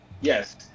yes